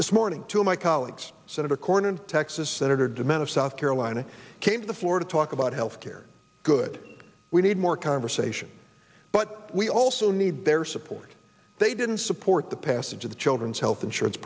this morning two of my colleagues senator cornin texas senator de mint of south carolina came to the floor to talk about health care good we need more conversation but we also need their support they didn't support the passage of the children's health insurance